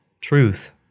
truth